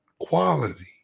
Quality